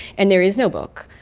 and there is no book.